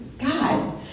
God